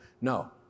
No